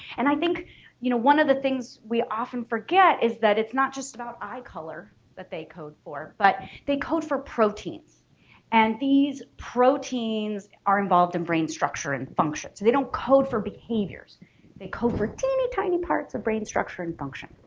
and i think you know one of the things we often forget is that it's not just about eye color that they code for but they code for proteins and these proteins are involved in brain structure and function so they don't code for behaviors they covert teeny tiny parts of brain structure and function.